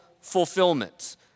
fulfillment